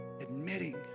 admitting